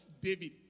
David